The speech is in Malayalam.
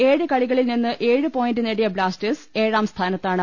ഏഴ് കളികളിൽ നിന്ന് ഏഴ് പോയിന്റ് നേടിയ ബ്ലാസ്റ്റേഴ്സ് ഏഴാം സ്ഥാനത്താണ്